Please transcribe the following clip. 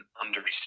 understand